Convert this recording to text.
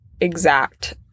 exact